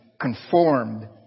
conformed